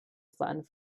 flattened